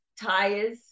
tires